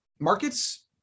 markets